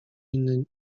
inny